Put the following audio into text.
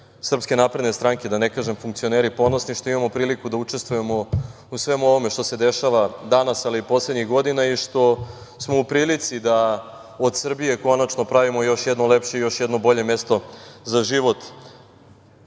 pre svega članovi SNS, da ne kažem funkcioneri, ponosni što imamo priliku da učestvujemo u svemu ovome što se dešava danas, ali i poslednjih godina i što smo u prilici da od Srbije konačno pravimo još jednu lepše i još jedno bolje mesto za život